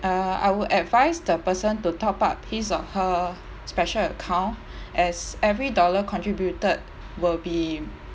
uh I would advise the person to top up his or her special account as every dollar contributed will be